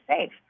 safe